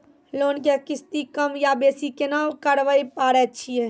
Loan के किस्ती कम या बेसी केना करबै पारे छियै?